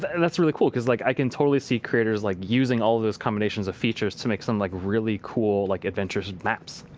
but and that's really cool because like i can totally see creators like using all of those combinations of features to make some like really cool like adventures and maps.